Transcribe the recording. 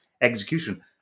execution